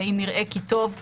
ואם נראה כי טוב,